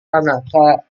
tanaka